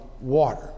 water